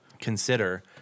consider